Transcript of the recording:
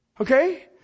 Okay